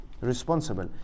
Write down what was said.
responsible